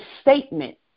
statement